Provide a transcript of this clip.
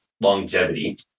longevity